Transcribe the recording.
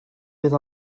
fydd